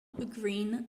green